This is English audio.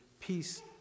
Peace